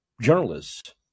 journalists